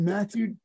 Matthew